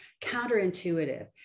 counterintuitive